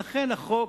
לכן החוק,